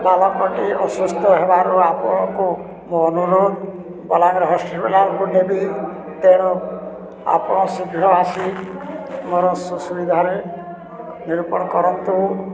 ବାଲପଟି ଅସୁସ୍ଥ ହେବାରୁ ଆପଣଙ୍କୁ ମୁଁ ଅନୁରୋଧ ବଲାଙ୍ଗରେ ହସ୍ପିଟାଲଙ୍କୁ ନେବି ତେଣୁ ଆପଣ ଶୀଘ୍ର ଆସି ମୋର ସୁୁବିଧାରେ ନିରୂପଣ କରନ୍ତୁ